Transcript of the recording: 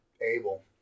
able